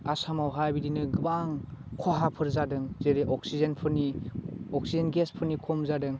आसामावहाइ बिदिनो गोबां खहाफोर जादों जेरै अक्सिजेनफोरनि अक्सिजेन गेसफोरनि खम जादों